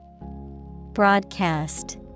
Broadcast